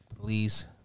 please